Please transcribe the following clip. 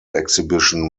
exhibition